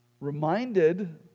reminded